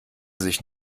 sich